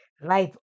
life